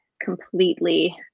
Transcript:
completely